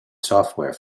software